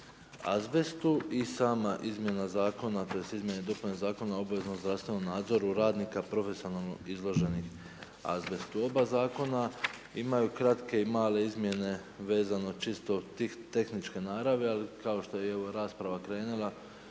azbestu i sama izmjena zakona, tj. izmjene i dopune zakona o obaveznom zdravstvenom nadzoru radnika profesionalno izloženih azbestu. Oba zakona imaju kratke i male izmjene vezane čisto tehničke naravi, ali kao što je evo i rasprava krenula